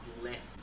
left